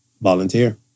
Volunteer